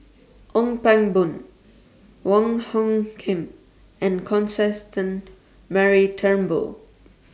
Ong Pang Boon Wong Hung Khim and Constance Mary Turnbull